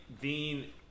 Dean